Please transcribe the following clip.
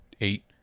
eight